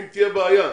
אם תהיה בעיה,